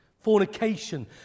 fornication